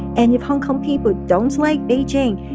and if hong kong people don't like beijing,